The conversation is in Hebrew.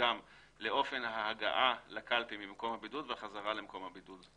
גם לאופן ההגעה לקלפי ממקום הבידוד וחזרה למקום בידוד.